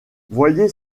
voyez